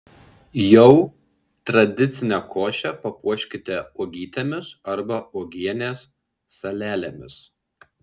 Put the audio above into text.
jau tradicinę košę papuoškite uogytėmis arba uogienės salelėmis